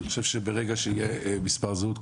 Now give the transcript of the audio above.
אני חושב שברגע שיהיו מספר זהות,